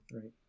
right